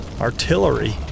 Artillery